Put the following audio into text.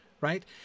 right